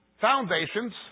foundations